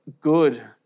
good